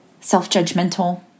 self-judgmental